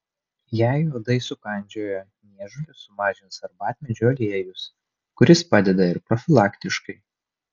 jei uodai sukandžiojo niežulį sumažins arbatmedžio aliejus kuris padeda ir profilaktiškai